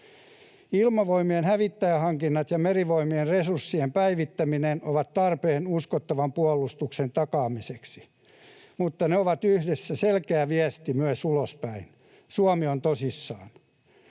Ilmavoimien hävittäjähankinnat ja Merivoimien resurssien päivittäminen ovat tarpeen uskottavan puolustuksen takaamiseksi, mutta ne ovat yhdessä selkeä viesti myös ulospäin: Suomi on tosissaan.